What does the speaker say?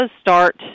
start